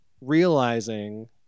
realizing